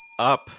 up